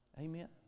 amen